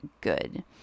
good